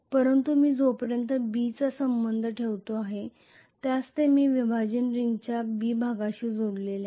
परंतु मी जोपर्यंत B चा संबंध ठेवतो आहे त्यास मी विभाजन रिंगच्या B भागाशी जोडलेले आहे